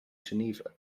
geneva